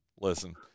Listen